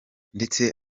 ndetse